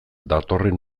datorren